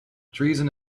treason